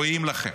רואים לכם,